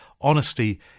Honesty